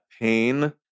pain